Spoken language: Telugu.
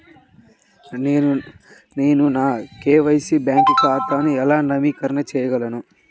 నేను నా కే.వై.సి బ్యాంక్ ఖాతాను ఎలా నవీకరణ చేయగలను?